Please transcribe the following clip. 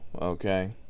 okay